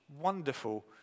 wonderful